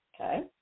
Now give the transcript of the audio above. okay